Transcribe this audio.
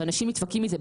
שאנשים נדפקים מזה.